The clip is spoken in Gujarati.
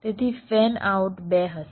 તેથી ફેન આઉટ બે હશે